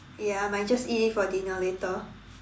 ya I might just eat it for dinner later